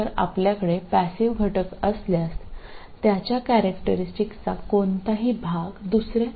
അതിനാൽ നിങ്ങൾക്ക് ഒരു നിഷ്ക്രിയ ഘടകമുണ്ടെങ്കിൽ രണ്ടാമത്തെയോ നാലാമത്തെയോ ക്വാഡ്രന്റുകളിൽ അതിന്റെ സ്വഭാവത്തിന്റെ ഒരു ഭാഗവും ഉണ്ടായിരിക്കില്ല